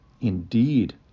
indeed